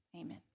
Amen